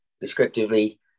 descriptively